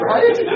Right